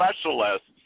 specialists